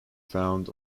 found